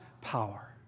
power